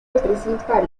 principal